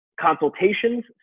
consultations